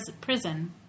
prison